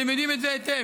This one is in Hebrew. אתם יודעים את זה היטב.